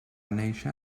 néixer